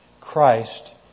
Christ